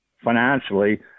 financially